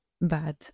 bad